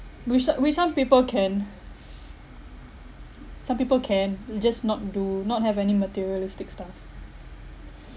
which so~ which some people can some people can just not do not have any materialistic stuff